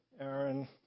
Aaron